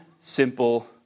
simple